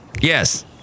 Yes